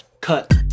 cut